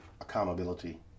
accountability